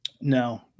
No